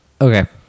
okay